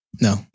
No